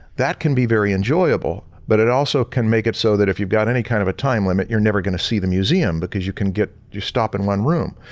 that can be very enjoyable but it also can make it so that if you've got any kind of a time limit, you're never gonna see the museum because you can get you stop in one room.